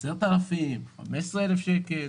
10,000 - 15,000 שקל.